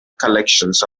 collections